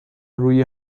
روی